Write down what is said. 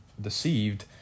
deceived